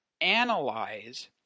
analyze